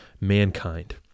mankind